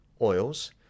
Oils